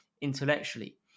intellectually